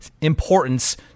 importance